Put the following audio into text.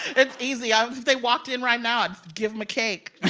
it's easy. um if they walked in right now, i'd give them a cake.